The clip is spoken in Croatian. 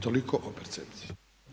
Toliko o percepciji.